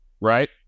right